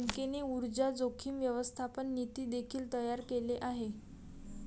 बँकेने कर्ज जोखीम व्यवस्थापन नीती देखील तयार केले आहे